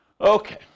Okay